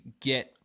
get